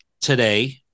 today